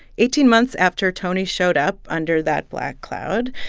eighteen months after tony showed up under that black cloud,